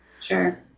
Sure